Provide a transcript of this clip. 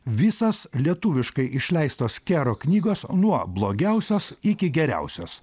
visos lietuviškai išleistos kero knygos nuo blogiausios iki geriausios